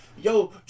yo